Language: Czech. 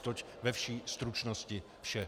Toť ve vší stručnosti vše.